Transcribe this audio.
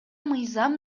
мыйзам